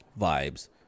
vibes